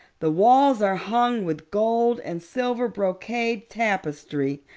the walls are hung with gold and silver brocade tapestry.